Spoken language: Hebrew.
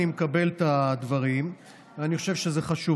אני מקבל את הדברים ואני חושב שזה חשוב,